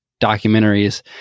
documentaries